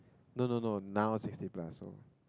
no no no now sixty plus so